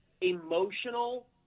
emotional